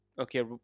Okay